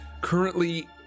currently